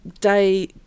day